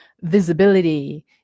visibility